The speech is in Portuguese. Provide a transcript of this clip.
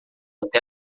até